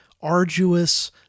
arduous